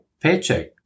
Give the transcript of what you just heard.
paycheck